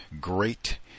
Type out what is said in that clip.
great